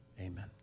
Amen